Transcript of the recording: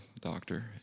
doctor